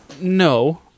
No